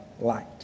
light